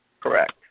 Correct